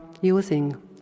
using